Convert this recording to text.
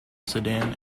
sedan